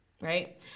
right